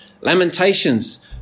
Lamentations